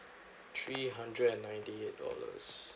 three hundred and ninety eight dollars